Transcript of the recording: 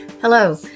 Hello